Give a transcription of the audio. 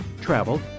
travel